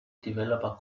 developer